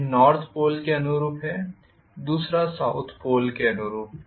एक north pole के अनुरूप हैं दूसरा साउथ पोल के अनुरूप